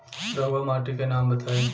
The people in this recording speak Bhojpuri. रहुआ माटी के नाम बताई?